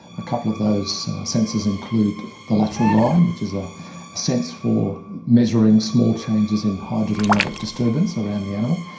a couple of those sensors include the lateral line, which is a sense for measuring small changes in hydrodynamic disturbance around the animal,